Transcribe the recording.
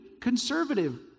Conservative